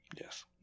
Yes